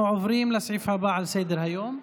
אנחנו עוברים לסעיף הבא בסדר-היום.